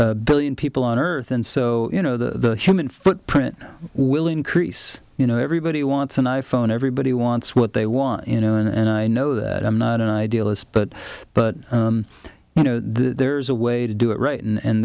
someday billion people on earth and so you know the human footprint will increase you know everybody wants an i phone everybody wants what they want you know and i know that i'm not an idealist but but you know there's a way to do it right and